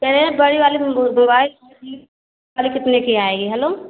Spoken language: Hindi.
कहे रहए हैं बड़ा वाला मोबाइल फाइव जी ख़ाली कितने की आएगी हलो